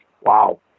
Wow